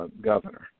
governor